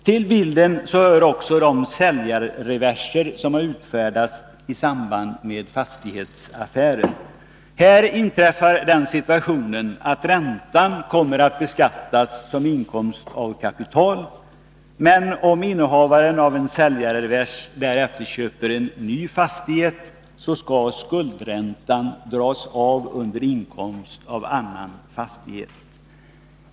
Till bilden hör också de säljarreverser som utfärdats i samband med fastighetsaffärer. Här inträffar den situationen att räntan kommer att beskattas som inkomst av kapital, men om innehavaren av en säljarrevers därefter köper en ny fastighet skall skuldräntan dras av under inkomst av annan fastighet.